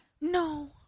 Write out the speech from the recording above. No